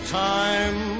time